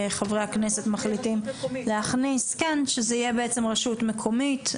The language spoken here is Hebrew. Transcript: חברי הכנסת מחליטים להכניס שזאת תהיה בעצם רשות מקומית,